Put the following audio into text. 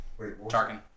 Tarkin